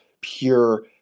pure